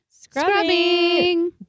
Scrubbing